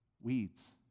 Weeds